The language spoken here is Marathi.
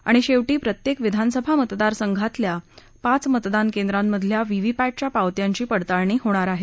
आणि शेवटी प्रत्येक विधानसभा मतदारसंघातल्या पाच मतदान केंद्रांमधल्या व्हीव्हीपॅटच्या पावत्यांची पडताळणी होणार आहे